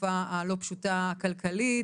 בתקופה הלא פשוטה כלכלית,